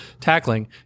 tackling